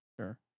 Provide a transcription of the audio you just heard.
Sure